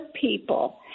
people